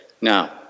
Now